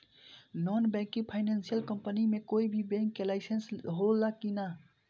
Non banking financial company मे कोई भी बैंक के लाइसेन्स हो ला कि ना?